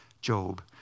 Job